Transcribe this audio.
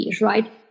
right